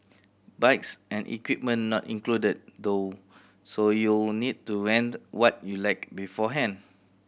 bikes and equipment not included though so you'll need to rent what you lack beforehand